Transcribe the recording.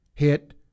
Hit